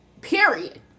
period